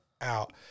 out